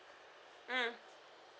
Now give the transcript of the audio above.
mm